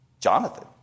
Jonathan